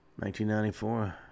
1994